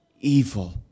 evil